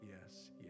yes